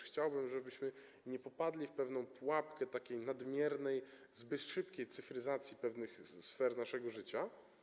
Chciałbym też, żebyśmy nie wpadli w pewną pułapkę takiej nadmiernej, zbyt szybkiej cyfryzacji pewnych sfer naszego życia.